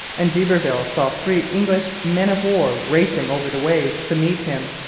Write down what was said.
and d'iberville saw three english men-of-war racing over the waves to meet him,